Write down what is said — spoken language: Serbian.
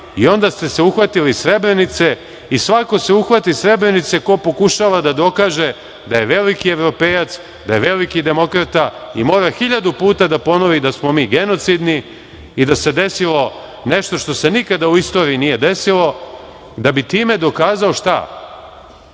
i onda ste se uhvatili Srebrenice i svako se uhvati Srebrenice ko pokušava da dokaže da je veliki evropejac, da je veliki demokrata i mora hiljadu puta da ponovi da smo mi genocidni i da se desilo nešto što se nikada u istoriji nije desilo da bi time dokazao, šta,